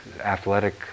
athletic